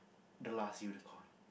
the last unicorn